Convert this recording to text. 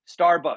Starbucks